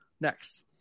next